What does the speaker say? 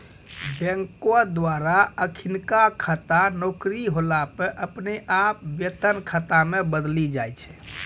बैंको द्वारा अखिनका खाता नौकरी होला पे अपने आप वेतन खाता मे बदली जाय छै